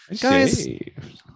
Guys